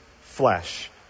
flesh